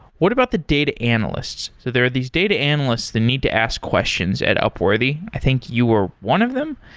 what about the data analysts? there are these data analysts that need to ask questions at upworthy. i think you were one of them.